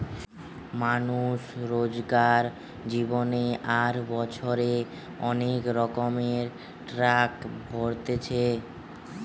মানুষ রোজকার জীবনে আর বছরে অনেক রকমের ট্যাক্স ভোরছে